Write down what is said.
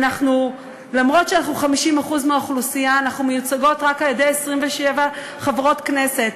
אף שאנחנו 50% מהאוכלוסייה אנחנו מיוצגות רק על-ידי 27 חברות כנסת,